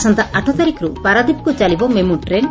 ଆସନ୍ତା ଆଠ ତାରିଖର୍ ପାରାଦ୍ୱୀପକୁ ଚାଲିବ ମେମୁ ଟ୍ରେନ୍